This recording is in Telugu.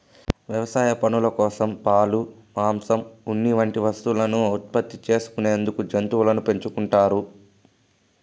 వ్యవసాయ పనుల కోసం, పాలు, మాంసం, ఉన్ని వంటి వస్తువులను ఉత్పత్తి చేసుకునేందుకు జంతువులను పెంచుకుంటారు